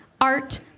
art